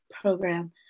program